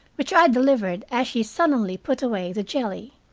which i delivered as she sullenly put away the jelly.